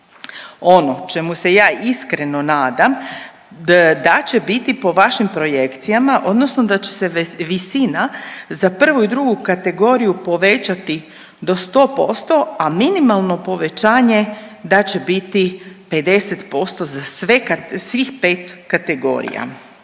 Ono čemu se ja iskreno nadam, da će biti po vašim projekcijama, odnosno da će se visina za I. i II. kategoriju povećati do 100%, a minimalno povećanje da će biti do 50% za sve